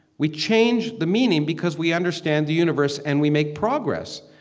we change the meaning because we understand the universe and we make progress.